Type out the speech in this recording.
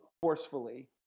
forcefully